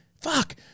fuck